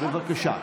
בבקשה.